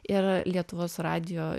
ir lietuvos radijo